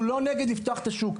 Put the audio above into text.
אנחנו לא נגד לפתוח את השוק.